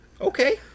Okay